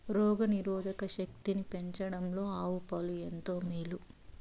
రోగ నిరోధక శక్తిని పెంచడంలో ఆవు పాలు ఎంతో మేలు